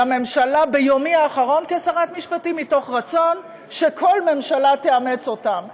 לממשלה ביומי האחרון כשרת משפטים מתוך רצון שכל ממשלה תאמץ אותם.